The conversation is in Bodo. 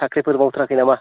साख्रिफोर मावथाराखै नामा